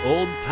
Old